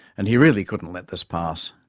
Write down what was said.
and he really couldn't let this pass.